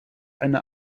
eine